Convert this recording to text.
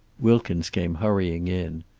wilkins came hurrying in.